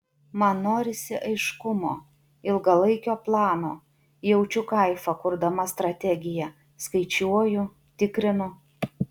man norisi aiškumo ilgalaikio plano jaučiu kaifą kurdama strategiją skaičiuoju tikrinu